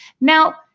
Now